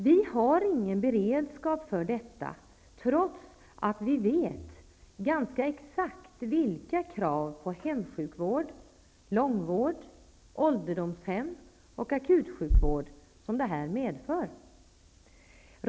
Vi har ingen beredskap för detta, trots att vi vet ganska exakt vilka krav på hemsjukvård, långvård, ålderdomshem och akutsjukvård detta medför.